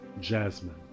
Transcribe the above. Jasmine